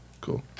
cool